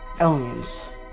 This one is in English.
Aliens